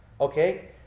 Okay